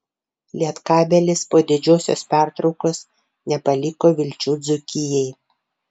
lietkabelis po didžiosios pertraukos nepaliko vilčių dzūkijai